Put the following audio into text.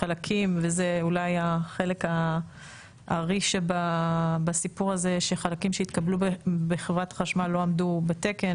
ואולי חלק הארי שבסיפור הזה שחלקים שהתקבלו בחברת החשמל לא עמדו בתקן,